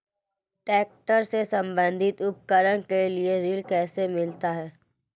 Tractor से संबंधित उपकरण के लिए ऋण कैसे मिलता है?